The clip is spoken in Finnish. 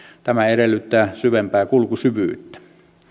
tämä edellyttää syvempää kulkusyvyyttä